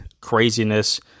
craziness